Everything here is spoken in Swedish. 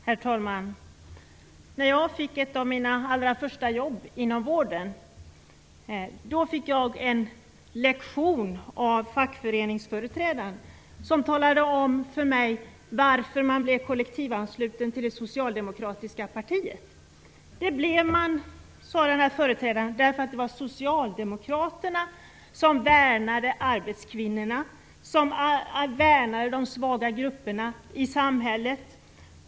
Herr talman! När jag fick ett av mina allra första jobb inom vården fick jag en lektion av fackföreningsföreträdaren som talade om för mig varför man blev kollektivansluten till det socialdemokratiska partiet. Den här företrädaren sade att man blev det eftersom Socialdemokraterna värnade de arbetande kvinnorna och de svaga grupperna i samhället.